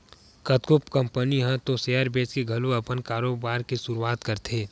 कतको कंपनी ह तो सेयर बेंचके घलो अपन कारोबार के सुरुवात करथे